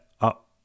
up